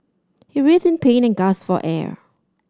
he writhed in pain and gasped for air